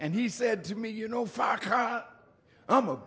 and he said to me you know